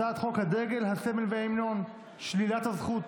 הצעת חוק הדגל, הסמל והמנון המדינה, שלילת הזכות.